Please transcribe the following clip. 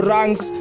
Ranks